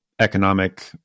economic